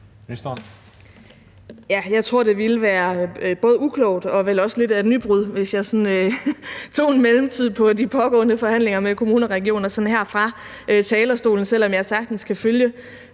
Jeg tror, det ville være både uklogt og vel også lidt af et nybrud, hvis jeg sådan her fra talerstolen tog en mellemtid på de pågående forhandlinger med kommuner og regioner, selv om jeg sagtens kan følge